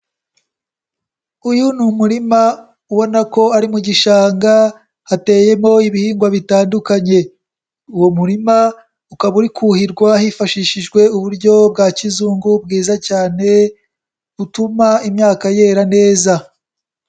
Uyu ni umurima ubona ko ari mu gishanga hateyemo ibihingwa bitandukanye, uwo murima ukaba uri kuhirwa hifashishijwe uburyo bwa kizungu bwiza cyane butuma imyaka yera neza.